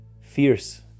fierce